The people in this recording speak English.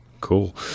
cool